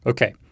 Okay